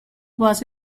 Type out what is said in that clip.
was